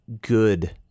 good